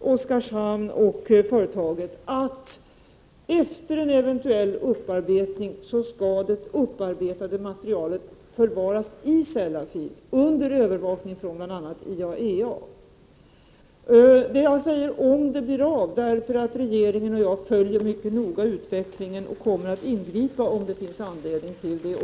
Oskarshamn och företaget att efter en eventuell upparbetning skall det upparbetade materialet förvaras i Sellafield under övervakning av bl.a. IAEA. Jag säger om det blir av, eftersom jag och den övriga regeringen mycket noga följer utvecklingen och kommer att ingripa om det finns anledning till det.